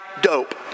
dope